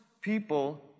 people